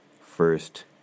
first